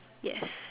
yes